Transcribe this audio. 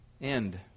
End